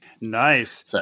Nice